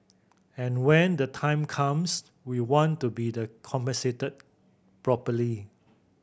and when the time comes we want to be the compensated properly